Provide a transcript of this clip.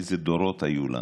אילו דורות היו לנו,